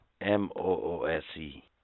M-O-O-S-E